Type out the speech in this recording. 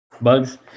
Bugs